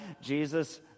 Jesus